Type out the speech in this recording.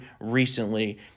recently